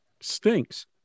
stinks